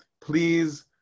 please